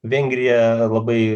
vengrija labai